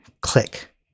click